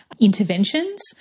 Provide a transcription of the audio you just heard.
interventions